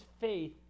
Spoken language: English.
faith